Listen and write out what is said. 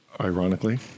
Ironically